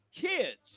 kids